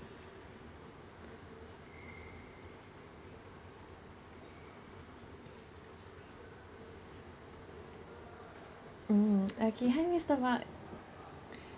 mm okay hi mister mark